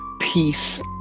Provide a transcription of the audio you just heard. peace